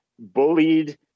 bullied